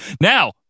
Now